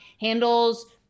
handles